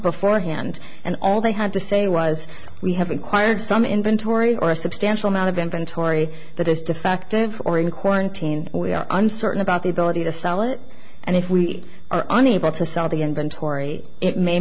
before hand and all they had to say was we have acquired some inventory or a substantial amount of inventory that is defective or in quarantine we are uncertain about the ability to sell it and if we are unable to sell the inventory it may